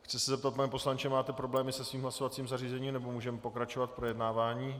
Chci se zeptat, pane poslanče máte problémy se svým hlasovacím zařízením, nebo můžeme pokračovat v projednávání?